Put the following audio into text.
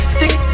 Stick